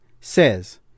says